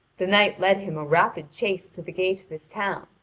the knight led him a rapid chase to the gate of his town,